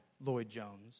Lloyd-Jones